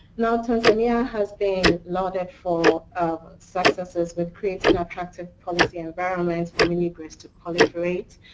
now, tanzania has been lauded for successes with creating effective policy environment for mini grids to proliferate,